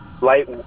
light